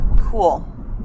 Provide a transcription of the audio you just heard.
Cool